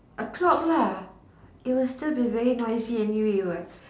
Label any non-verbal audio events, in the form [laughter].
a clock lah it will be still be very noisy anyway what [breath]